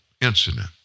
incident